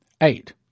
eight